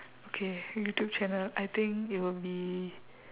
okay youtube channel I think it would be